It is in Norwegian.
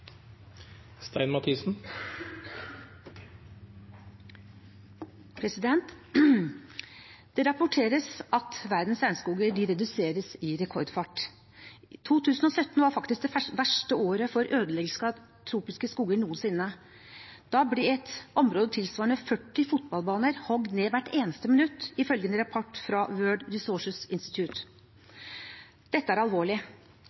Det rapporteres at verdens regnskoger reduseres i rekordfart. 2017 var faktisk det verste året for ødeleggelse av tropiske skoger noensinne. Da ble et område tilsvarende 40 fotballbaner hogd ned hvert eneste minutt, ifølge en rapport fra World Resources Institute. Dette er alvorlig.